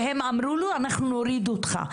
והם אמרו לו: אנחנו נוריד אותך,